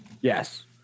yes